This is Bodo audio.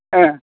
औ